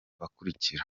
bakurikira